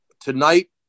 Tonight